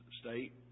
State